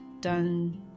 done